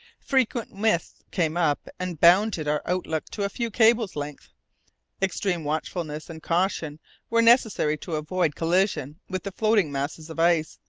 frequent mists came up and bounded our outlook to a few cable-lengths. extreme watchfulness and caution were necessary to avoid collision with the floating masses of ice,